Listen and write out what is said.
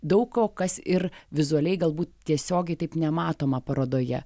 daug ko kas ir vizualiai galbūt tiesiogiai taip nematoma parodoje